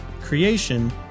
creation